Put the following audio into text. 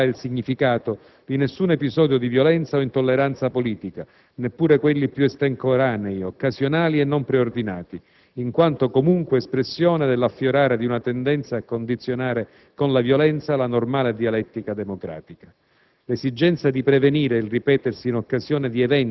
II Ministero dell'interno non sottovaluta, quindi, la gravità ed il significato di nessun episodio di violenza o intolleranza politica, neppure quelli più estemporanei, occasionali e non preordinati, in quanto comunque espressione del riaffiorare di una tendenza a condizionare con la violenza la normale dialettica democratica.